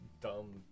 dumb